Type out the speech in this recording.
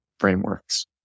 frameworks